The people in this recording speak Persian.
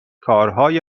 کارهای